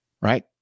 Right